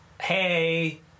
Hey